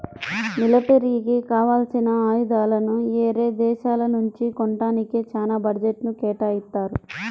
మిలిటరీకి కావాల్సిన ఆయుధాలని యేరే దేశాల నుంచి కొంటానికే చానా బడ్జెట్ను కేటాయిత్తారు